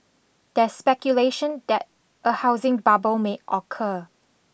there's speculation that a housing bubble may occur